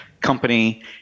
company